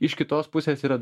iš kitos pusės yra